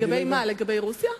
לגבי מה, לגבי רוסיה?